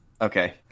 Okay